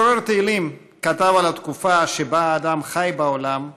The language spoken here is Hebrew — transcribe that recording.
משורר תהילים כתב על התקופה שבה אדם חי בעולם: